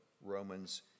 Romans